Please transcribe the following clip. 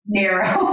narrow